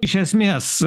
iš esmės